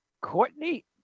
Courtney